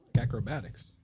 Acrobatics